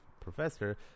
professor